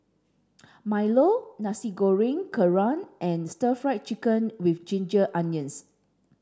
Milo Nasi Goreng Kerang and stir fried chicken with ginger onions